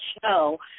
show